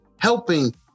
helping